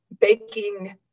baking